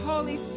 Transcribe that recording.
Holy